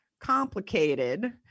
complicated